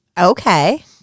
Okay